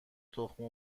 تخم